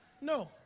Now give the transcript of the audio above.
No